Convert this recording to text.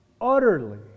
utterly